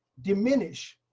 diminish,